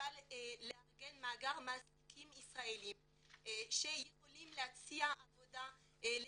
למשל לארגן מאגר מעסיקים ישראלים שיכולים להציע עבודה לצרפתים,